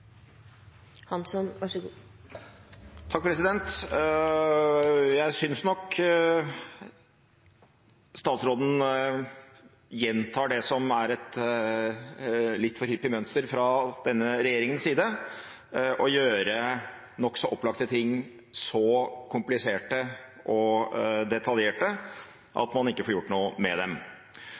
et litt for hyppig mønster fra denne regjeringens side, å gjøre nokså opplagte ting så kompliserte og detaljerte at man ikke får gjort noe med dem.